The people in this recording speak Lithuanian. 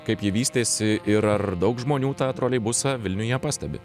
kaip ji vystėsi ir ar daug žmonių tą troleibusą vilniuje pastebi